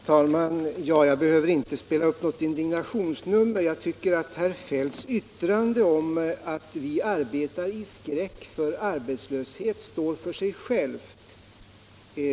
Herr talman! Jag behöver inte spela upp något indignationsnummer. Jag tycker att herr Feldts yttrande om att vi arbetar i skräck för arbetslöshet får stå för honom själv.